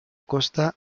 costa